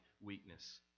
weakness